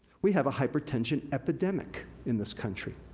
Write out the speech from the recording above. we have a hypertension epidemic in this country.